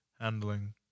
handling